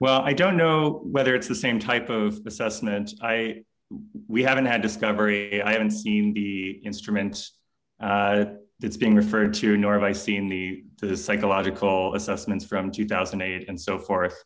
well i don't know whether it's the same type of assessment i we haven't had discovery i haven't seen the instruments that's being referred to nor have i seen the the psychological assessments from two thousand and eight and so forth